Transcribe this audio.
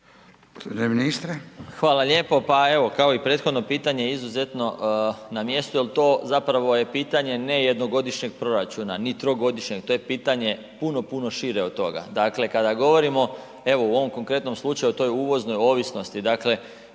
Hvala lijepo. Pa evo kao i prethodno pitanje izuzetno na mjestu jer to zapravo je pitanje ne jednogodišnjeg proračuna ni trogodišnjeg, to je pitanje puno, puno šire od toga. Dakle kada govorimo, evo u ovom konkretnom slučaju toj uvoznoj ovisnosti, jedino